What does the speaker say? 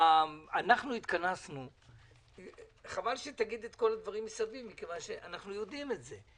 חבל שתגיד את כל הדברים מסביב מכיוון שאנחנו יודעים את זה.